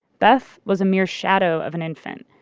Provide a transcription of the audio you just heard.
beth was a mere shadow of an infant.